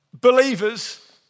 believers